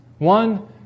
one